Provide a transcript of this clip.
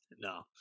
No